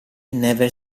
never